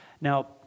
now